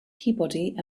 peabody